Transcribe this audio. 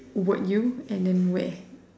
would you and then where